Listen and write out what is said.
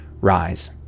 Rise